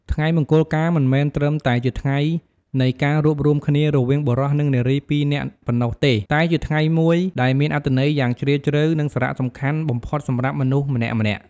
ថ្ងៃមង្គលការមិនមែនត្រឹមតែជាថ្ងៃនៃការរួបរួមគ្នារវាងបុរស និងនារីពីរនាក់ប៉ុណ្ណោះទេ តែជាថ្ងៃមួយដែលមានអត្ថន័យយ៉ាងជ្រាលជ្រៅ និងសារៈសំខាន់បំផុតសម្រាប់មនុស្សម្នាក់ៗ។